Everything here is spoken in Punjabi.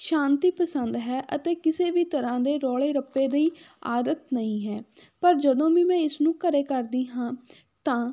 ਸ਼ਾਂਤੀ ਪਸੰਦ ਹੈ ਅਤੇ ਕਿਸੇ ਵੀ ਤਰ੍ਹਾਂ ਦੇ ਰੌਲੇ ਰੱਪੇ ਦੀ ਆਦਤ ਨਹੀਂ ਹੈ ਪਰ ਜਦੋਂ ਵੀ ਮੈਂ ਇਸਨੂੰ ਘਰੇ ਕਰਦੀ ਹਾਂ ਤਾਂ